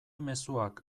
mezuak